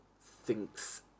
thinks